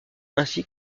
ainsi